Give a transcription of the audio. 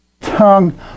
tongue